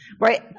right